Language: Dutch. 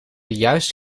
juist